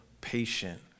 patient